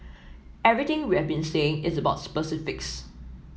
everything we have been saying is about specifics